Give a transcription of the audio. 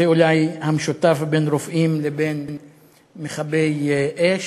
זה אולי המשותף לרופאים ולמכבי האש,